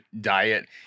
diet